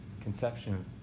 conception